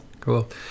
Cool